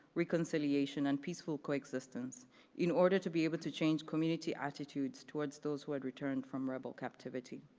reconciliation, and peaceful coexistence in order to be able to change community attitudes towards those who had returned from rebel captivity.